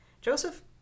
Joseph